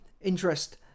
interest